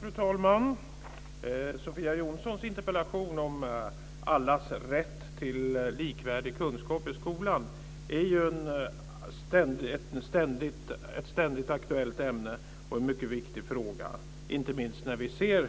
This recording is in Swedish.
Fru talman! Sofia Jonssons interpellation om allas rätt till likvärdig kunskap i skolan är ju ett ständigt aktuellt ämne och en mycket viktig fråga, inte minst när vi ser